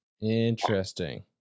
Interesting